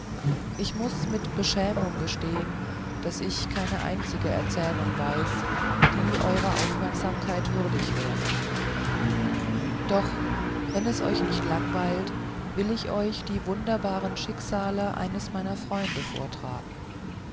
ich muß mit beschämung gestehen daß ich keine einzige erzählung weiß die eurer aufmerksamkeit würdig wäre doch wenn es euch nicht langweilt will ich euch die wunderbaren schicksale eines meiner freunde vortragen